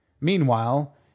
Meanwhile